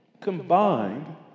Combined